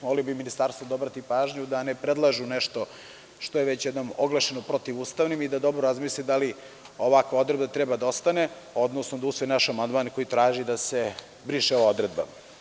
Molio bih Ministarstvo da obrati pažnju da ne predlažu nešto što je već jednom oglašeno protivustavnim i da dobro razmisli da li ovakva odredba treba da ostane, odnosno da usvoji naš amandman koji traži da se briše ova odredba.